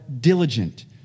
diligent